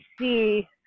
see